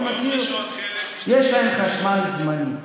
אני מכיר, יש להם חשמל זמני.